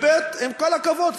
2. עם כל הכבוד,